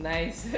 Nice